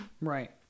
Right